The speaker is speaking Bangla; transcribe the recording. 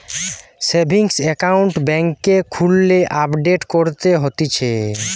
সেভিংস একাউন্ট বেংকে খুললে আপডেট করতে হতিছে